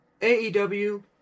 AEW